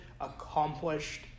accomplished